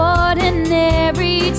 ordinary